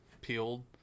peeled